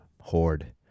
horde